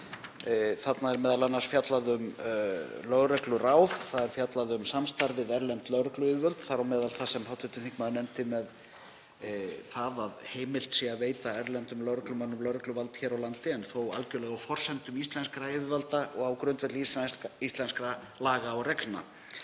Þarna er m.a. fjallað um lögregluráð, það er fjallað um samstarf við erlend lögregluyfirvöld, þar á meðal það sem hv. þingmaður nefndi um að heimilt sé að veita erlendum lögreglumönnum lögregluvald hér á landi en þó algerlega á forsendum íslenskra yfirvalda og á grundvelli íslenskra laga og reglna.